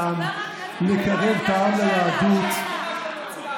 אני מאפשרת לו עוד שתי דקות לסיים את הדברים שלו.